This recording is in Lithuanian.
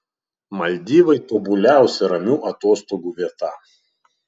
maldyvai tobuliausia ramių atostogų vieta